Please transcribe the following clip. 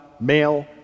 male